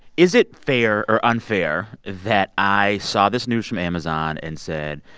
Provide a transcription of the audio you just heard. is it fair or unfair that i saw this news from amazon and said,